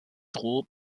droht